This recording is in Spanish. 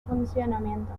funcionamiento